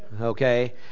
Okay